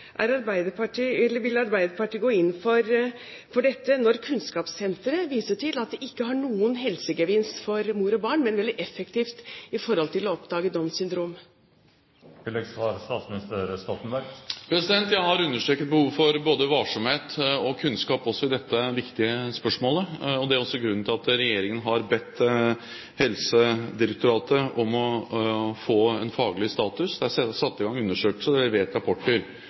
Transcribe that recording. vil Arbeiderpartiet gå inn for dette når Kunnskapssenteret viser til at det ikke har noen helsegevinst for mor og barn, men er veldig effektivt for å oppdage Downs syndrom? Jeg har understreket behovet for både varsomhet og kunnskap også i dette viktige spørsmålet. Det er også grunnen til at regjeringen har bedt Helsedirektoratet om å få en faglig status. Det er satt i gang undersøkelser og